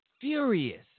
furious